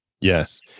Yes